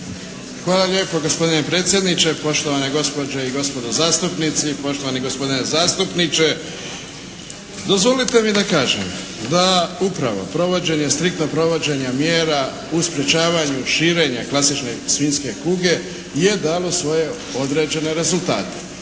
Hvala lijepa. Gospodine predsjedniče, poštovane gospođe i gospodo zastupnici, poštovani gospodine zastupniče. Dozvolite mi da kažem da upravo striktno provođenje mjera u sprječavanju širenja klasične svinjske kuge je dalo svoje određene rezultate.